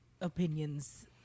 opinions